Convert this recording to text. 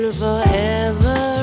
forever